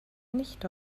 nicht